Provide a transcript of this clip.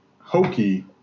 hokey